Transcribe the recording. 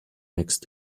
next